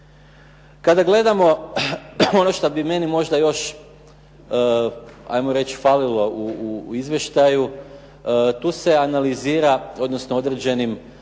Kada gledamo ono što bi meni možda još, hajmo reći falilo u izvještaju, tu se analizira, odnosno određenim